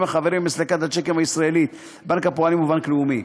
החברים במסלקת השיקים הישראלית: בנק הפועלים ובנק לאומי.